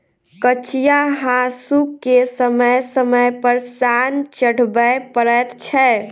कचिया हासूकेँ समय समय पर सान चढ़बय पड़ैत छै